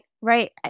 Right